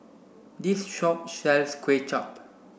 this shop sells Kuay Chap